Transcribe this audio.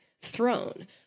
throne